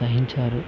సహించారు